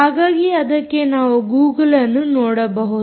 ಹಾಗಾಗಿ ಅದಕ್ಕೆ ನಾವು ಗೂಗುಲ್ ಅನ್ನು ನೋಡಬಹುದು